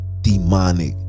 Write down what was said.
demonic